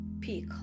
peak